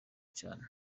cyane